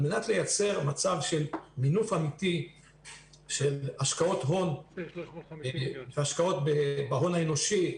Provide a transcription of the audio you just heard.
על מנת לייצר מצב של מינוף אמיתי של השקעות הון והשקעות בהון האנושי,